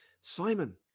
Simon